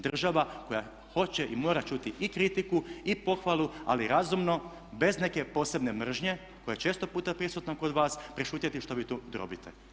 Država koja hoće i mora čuti i kritiku i pohvalu ali razumno bez neke posebne mržnje koja je često puta prisutna kod vas, prešutjeti što vi tu drobite.